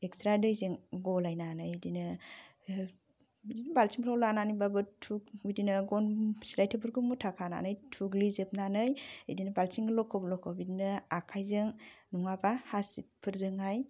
extra दैजों गलायनानै इदिनो हो बिदिनो बालथिंफोराव लानानैबाबो बिदिनो गन मुथा खानानै थुग्लिजोबनानै इदिनो बालथिं लखब लखब बिदिनो आखायजों नङाबा हासिबफोरजोंहाय